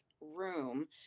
room